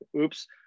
oops